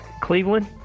Cleveland